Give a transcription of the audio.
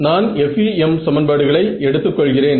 நான் FEM சமன்பாடுகளை எடுத்துக் கொள்கிறேன்